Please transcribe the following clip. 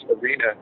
arena